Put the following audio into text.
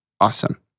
awesome